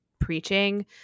preaching